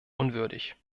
unwürdig